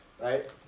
Right